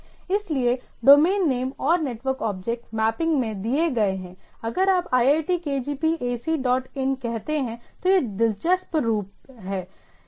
इसलिए domain name और network object mapping में दिए गए हैं अगर आप iitkgp ac डॉट इन कहते हैं तो यह दिलचस्प है